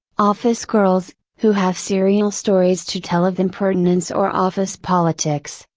office girls, who have serial stories to tell of impertinence or office politics,